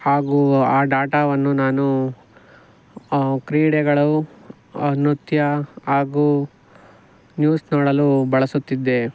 ಹಾಗೂ ಆ ಡಾಟಾವನ್ನು ನಾನು ಕ್ರೀಡೆಗಳು ನೃತ್ಯ ಹಾಗೂ ನ್ಯೂಸ್ ನೋಡಲು ಬಳಸುತ್ತಿದ್ದೆ